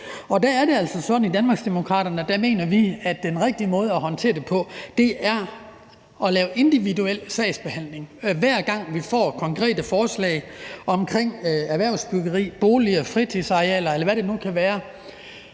i Danmarksdemokraterne, at vi mener, at den rigtige måde at håndtere det på er at lave individuel sagsbehandling. Hver gang vi får konkrete forslag om erhvervsbyggeri, boliger, fritidsarealer, eller hvad det nu kan være,